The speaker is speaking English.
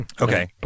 okay